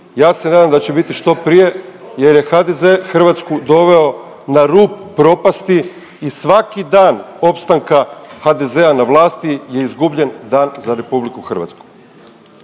Ja se nadam da će biti što prije jer je HDZ Hrvatsku doveo na rub propasti i svaki dan opstanka HDZ-a na vlasti je izgubljen dan za RH. I na kraju